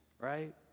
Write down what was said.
right